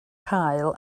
cael